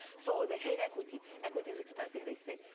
so they hate equity. equity's expensive they say.